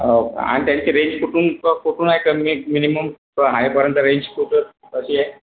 हो का आणि त्यांची रेंज कुठू कुठून आहे मिनीमम हायपर्यंत रेंज कुठून कशी आहे